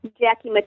Jackie